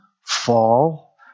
fall